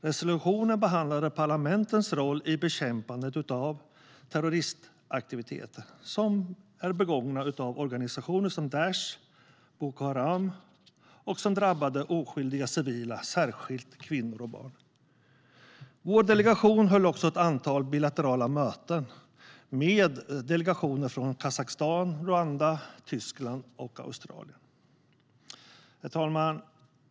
Resolutionen behandlade parlamentens roll i bekämpandet av terroristaktiviteter begångna av organisationer som Daish och Boko Haram mot oskyldiga civila, särskilt kvinnor och barn. Vår delegation höll ett antal bilaterala möten med delegationer från Kazakstan, Rwanda, Tyskland och Australien. Herr talman!